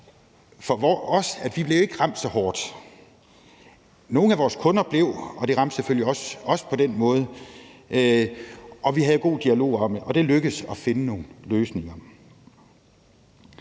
gjaldt, at vi ikke blev ramt så hårdt. Nogle af vores kunder blev, og det ramte selvfølgelig også os på den måde. Vi havde god dialog om det, og det lykkedes os at finde nogle løsninger.